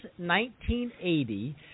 1980